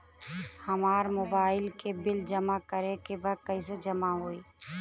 हमार मोबाइल के बिल जमा करे बा कैसे जमा होई?